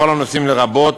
בכל הנושאים, לרבות